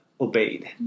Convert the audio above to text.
Obeyed